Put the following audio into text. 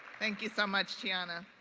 thank you so much tianna.